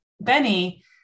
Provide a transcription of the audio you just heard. Benny